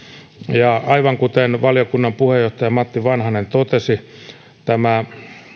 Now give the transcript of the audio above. ja aivan kuten valiokunnan puheenjohtaja matti vanhanen totesi tämä